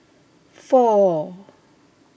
four